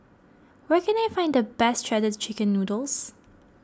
where can I find the best Shredded Chicken Noodles